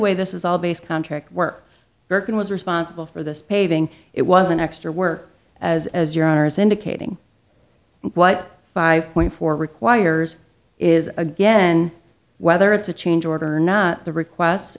way this is all based contract work work and was responsible for this paving it was an extra work as as your honour's indicating what five point four requires is again whether it's a change order or not the request